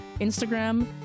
Instagram